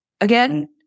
again